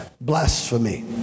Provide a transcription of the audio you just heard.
Blasphemy